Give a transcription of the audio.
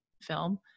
film